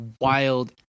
wild